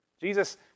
Jesus